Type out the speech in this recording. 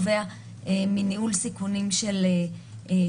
שאומר: אוקיי,